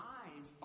eyes